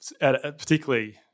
particularly